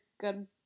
good